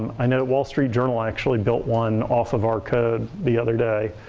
i know wall street journal actually built one off of our code the other day.